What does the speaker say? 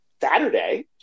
Saturday